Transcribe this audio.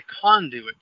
conduit